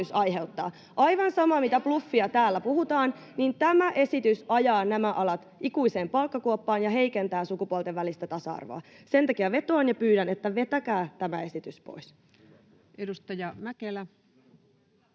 aiheuttaa. Aivan sama, mitä bluffia täällä puhutaan, tämä esitys ajaa nämä alat ikuiseen palkkakuoppaan ja heikentää sukupuolten välistä tasa-arvoa. Sen takia vetoan ja pyydän, että vetäkää tämä esitys pois.